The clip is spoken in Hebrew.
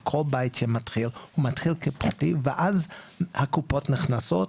כל בית שמתחיל הוא מתחיל כפרטי ואז הקופות נכנסות,